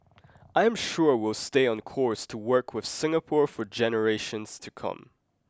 I'm sure we will stay on course to work with Singapore for generations to come